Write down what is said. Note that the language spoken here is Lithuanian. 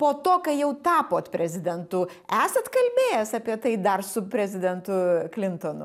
po to kai jau tapot prezidentu esat kalbėjęs apie tai dar su prezidentu klintonu